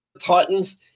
Titans